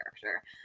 character